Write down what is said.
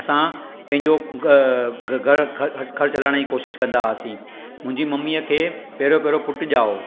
असां पंहिंजो घ अ घरु ख़र्चु हलाइण जी कोशिशि कंदा हुआसीं मुंहिंजी मम्मीअ खे पहिरियों पहिरियों पुटु ॼाओ हो